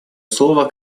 слово